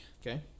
Okay